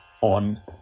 on